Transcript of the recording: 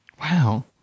Wow